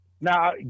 Now